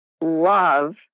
love